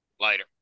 Later